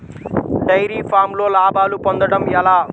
Dairy ఫామ్లో లాభాలు పొందడం ఎలా?